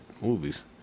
movies